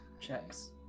checks